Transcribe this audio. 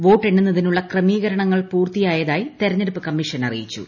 വോട്ടെണ്ണലിനുള്ള ക്രമീകരണങ്ങൾ പൂർത്തിയായതായി കൃത്രത്തെടുപ്പ് കമ്മീഷൻ അറിയിച്ചു